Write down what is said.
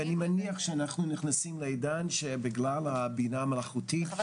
ואני מניח שאנחנו נכנסים לעידן שבגלל הבינה המלאכותית -- וחבר